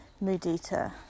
mudita